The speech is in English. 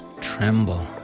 Tremble